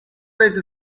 phase